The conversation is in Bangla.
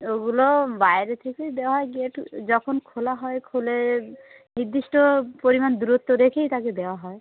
ওগুলো বাইরে থেকে দেওয়া হয় যেহেতু যখন খোলা হয় খোলে নির্দিষ্ট পরিমাণ দূরত্ব রেখেই তাকে দেওয়া হয়